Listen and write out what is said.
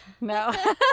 no